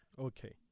Okay